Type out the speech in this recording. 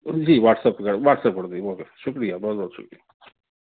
جی WhatsApp کر WhatsApp کر شُکریہ بہت بہت شُکریہ